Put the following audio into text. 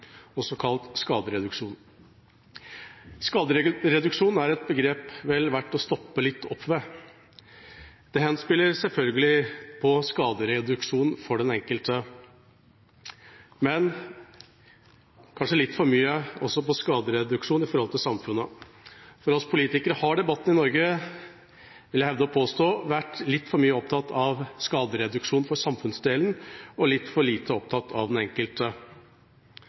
skadereduksjon. Skadereduksjon er et begrep vel verdt å stoppe litt opp ved. Det henspiller selvfølgelig på skadereduksjon for den enkelte, men kanskje litt for mye også på skadereduksjon for samfunnet. For oss politikere har debatten i Norge, vil jeg hevde og påstå, vært litt for mye opptatt av skadereduksjon for samfunnsdelen og litt for lite opptatt av den enkelte,